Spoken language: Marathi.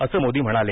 असं मोदी म्हणाले